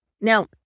Now